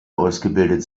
ausgebildet